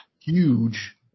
huge